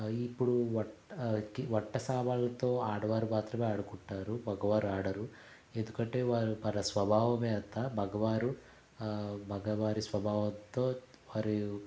ఇప్పుడు వంట వంట సామానులతో ఆడవారు మాత్రమే ఆడుకుంటారు మగవారు ఆడరు ఎందుకంటే వారు మన స్వభావమే అంత మగవారు మగవారి స్వభావంతో మరియు